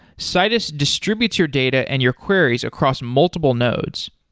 citus distributes your data and your queries across multiple nodes.